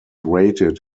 rated